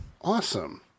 Awesome